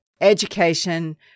education